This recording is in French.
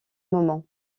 moment